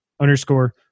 underscore